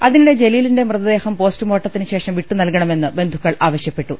അതിനിടെ ജലീലിന്റെ മൃതദേഹം പോസ്റ്റ്മോർട്ടത്തിന് ശേഷം വിട്ട് നൽകണമെന്ന് ബന്ധുക്കൾ ആവശ്യപ്പെട്ടു